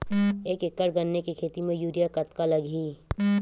एक एकड़ गन्ने के खेती म यूरिया कतका लगही?